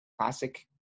classic